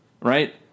Right